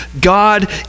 god